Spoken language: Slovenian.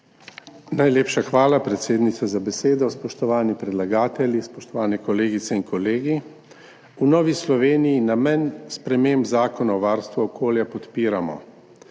Najlepša hvala, predsednica, za besedo. Spoštovani predlagatelji, spoštovane kolegice in kolegi! V Novi Sloveniji namen sprememb Zakona o varstvu okolja podpiramo.